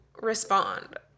respond